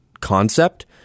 concept